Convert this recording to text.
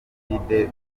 jenoside